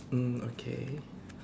mm okay